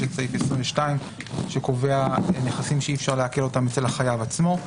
יש את סעיף 22 שקובע נכסים שאי אפשר לעקל אותם אצל החייב עצמו,